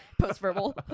Post-verbal